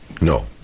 No